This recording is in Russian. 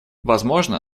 возможно